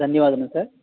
ధన్యవాదములు సార్